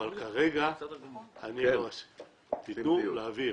אבל כרגע תתנו להעביר,